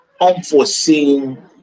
unforeseen